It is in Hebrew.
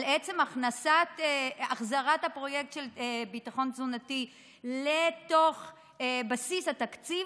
על עצם החזרת הפרויקט של ביטחון תזונתי לתוך בסיס התקציב,